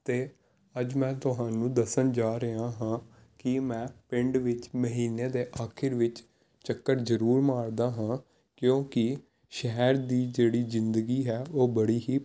ਅਤੇ ਅੱਜ ਮੈਂ ਤੁਹਾਨੂੰ ਦੱਸਣ ਜਾ ਰਿਹਾ ਹਾਂ ਕਿ ਮੈਂ ਪਿੰਡ ਵਿੱਚ ਮਹੀਨੇ ਦੇ ਆਖਰ ਵਿੱਚ ਚੱਕਰ ਜ਼ਰੂਰ ਮਾਰਦਾ ਹਾਂ ਕਿਉਂਕਿ ਸ਼ਹਿਰ ਦੀ ਜਿਹੜੀ ਜ਼ਿੰਦਗੀ ਹੈ ਉਹ ਬੜੀ ਹੀ